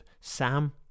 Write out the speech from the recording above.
Sam